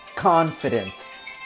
confidence